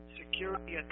security